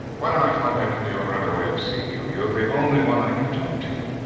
why don't i fly back to new york right away and see you? you're the only one i can talk to.